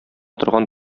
торган